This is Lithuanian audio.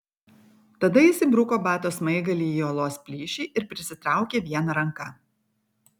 tada jis įbruko bato smaigalį į uolos plyšį ir prisitraukė viena ranka